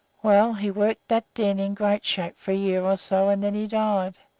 well, he worked that den in great shape for a year or so, and then he died,